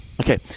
Okay